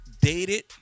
dated